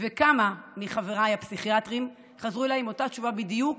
וכמה מחבריי הפסיכיאטרים חזרו אליי עם אותה תשובה בדיוק: